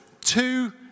Two